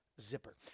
zipper